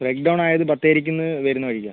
break down ആയത് ബത്തേരിക്കിന്ന് വരുന്ന വഴിക്കാണ്